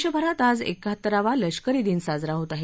देशभरात आज एकाहत्तरावा लष्करी दिन साजरा होत आहे